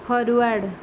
forward